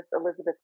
Elizabeth